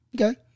Okay